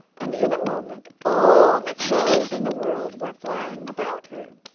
and in a moment all the crows in the world were flying about her.